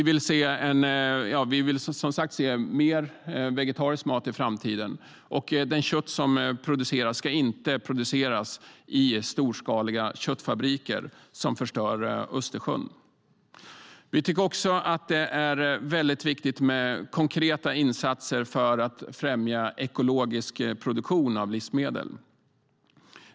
Vi vill som sagt se mer vegetarisk mat i framtiden, och det kött som produceras ska inte produceras i storskaliga köttfabriker som förstör Östersjön. Vi tycker också att det är väldigt viktigt med konkreta insatser för att främja ekologisk produktion av livsmedel.